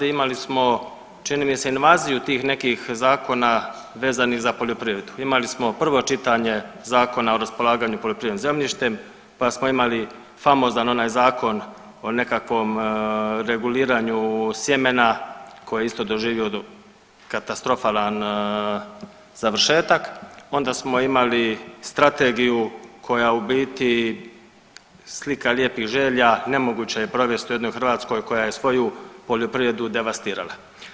Imali smo čini mi se invaziju tih nekih zakona vezanih za poljoprivredu, imali smo prvo čitanje Zakona o raspolaganju poljoprivrednim zemljištem, pa smo imali famozan onaj zakon o nekakvom reguliranju sjemena koji je isto doživio katastrofalan završetak, onda smo imali strategiju koja je u biti slika lijepih želja i nemoguće je provest u jednoj Hrvatskoj koja je svoju poljoprivredu devastirala.